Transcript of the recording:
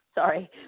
Sorry